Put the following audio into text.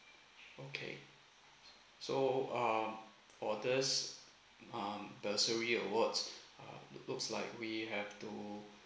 okay so uh for this um bursary awards um looks like we have to